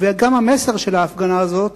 וגם המסר של ההפגנה הזאת,